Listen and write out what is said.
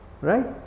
Right